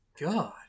god